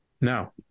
No